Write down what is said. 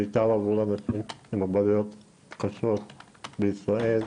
בעיקר אנשים עם מוגבלויות קשות בישראל.